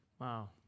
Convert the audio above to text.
Wow